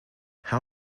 how